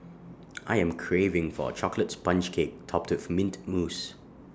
I am craving for A Chocolate Sponge Cake Topped with Mint Mousse